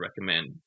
recommend